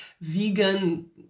vegan